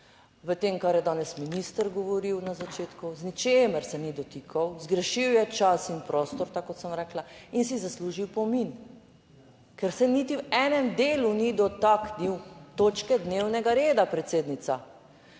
v tem kar je danes minister govoril na začetku, z ničemer se ni dotikal, zgrešil je čas in prostor, tako kot sem rekla in si zasluži opomin, ker se niti v enem delu ni dotaknil točke dnevnega reda, predsednica.